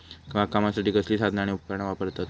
बागकामासाठी कसली साधना आणि उपकरणा वापरतत?